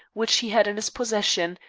which he had in his possession,